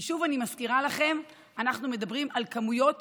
כי שוב אני מזכירה לכם: אנחנו מדברים על כמויות